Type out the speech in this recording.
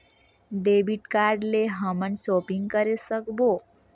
Debit card ले हमन shopping करे सकबो?